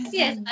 yes